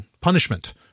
punishment